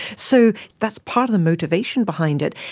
so that's part of the motivation behind it.